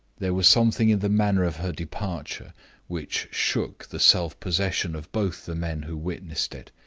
there was something in the manner of her departure which shook the self-possession of both the men who witnessed it.